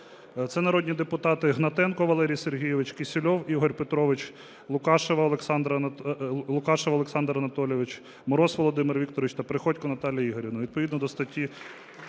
Це народні депутати Гнатенко Валерій Сергійович, Кісільов Ігор Петрович, Лукашев Олександр Анатолійович, Мороз Володимир Вікторович та Приходько Наталія Ігорівна.